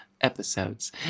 episodes